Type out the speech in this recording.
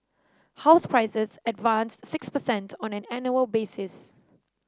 house prices advanced six per cent on an annual basis